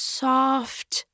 soft